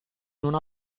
non